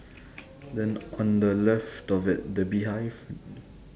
then on the left of it the beehive